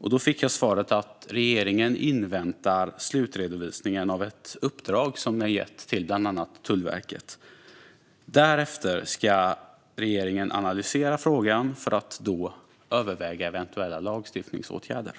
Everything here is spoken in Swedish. Då fick jag svaret att regeringen inväntar slutredovisningen av ett uppdrag som är gett till bland annat Tullverket. Därefter ska regeringen analysera frågan för att överväga eventuella lagstiftningsåtgärder.